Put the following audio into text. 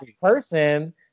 person